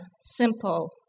simple